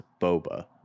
boba